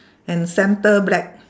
and centre black